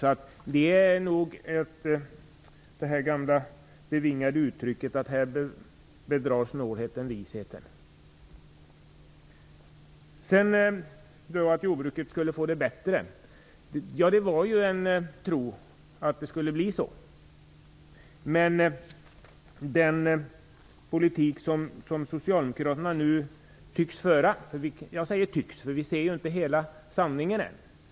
Här kan jag använda det gamla bevingade uttrycket om att snålheten bedrar visheten. Det fanns en tro på att jordbruket skulle få det bättre. Men den politik som Socialdemokraterna nu tycks föra är inte bra. Jag säger tycks, för vi ser inte hela sanningen än.